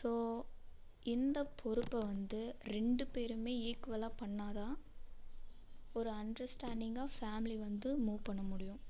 so இந்த பொறுப்பை வந்து ரெண்டு பேருமே ஈக்குவலாக பண்ணிணாதான் ஒரு அண்டர்ஸ்டாண்டிங்காக ஃபேமிலி வந்து மூவ் பண்ண முடியும்